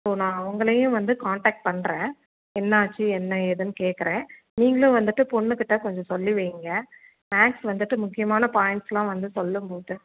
இப்போது நான் அவர்களையும் வந்து காண்டாக்ட் பண்ணுறேன் என்ன ஆச்சு என்ன ஏதுன்னு கேட்கறேன் நீங்களும் வந்துட்டு பொண்ணு கிட்டே கொஞ்சம் சொல்லி வையுங்க மேக்ஸ் வந்துட்டு முக்கியமான பாயின்ட்ஸெலாம் வந்து சொல்லும்போது